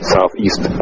Southeast